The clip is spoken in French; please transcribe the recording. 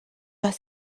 pas